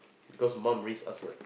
cause mom raise us what